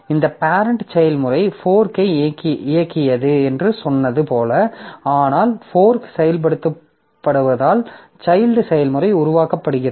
இந்த பேரெண்ட் செயல்முறை ஃபோர்க்கை இயக்கியது என்று சொன்னது போல ஆனால் ஃபோர்க் செயல்படுத்தப்படுவதால் சைல்ட் செயல்முறை உருவாக்கப்படுகிறது